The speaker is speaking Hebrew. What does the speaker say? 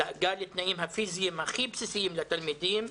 היא דאגה לתנאים הפיזיים הכי בסיסיים לתלמידים,